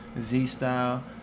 Z-Style